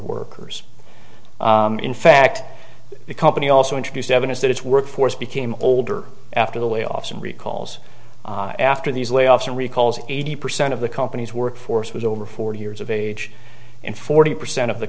workers in fact the company also introduced evidence that its workforce became older after the way often recalls after these layoffs and recalls eighty percent of the company's workforce was over forty years of age and forty percent of the